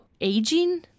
Aging